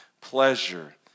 pleasure